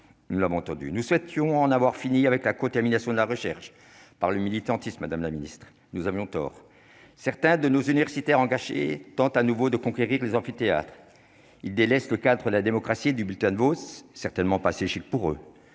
jour, le montant, nous étions en avoir fini avec la contamination de la recherche par le militantisme, Madame la Ministre, nous avions tort certains de nos universitaires engagés tente à nouveau de conquérir les amphithéâtres, il délaisse le cadre, la démocratie et du bulletin de gosses certainement pas Gilles pour eux